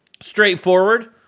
straightforward